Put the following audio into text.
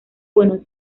buenos